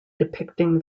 depicting